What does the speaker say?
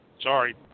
Sorry